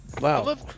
wow